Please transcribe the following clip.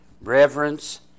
Reverence